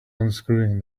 unscrewing